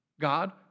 God